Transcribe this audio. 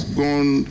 gone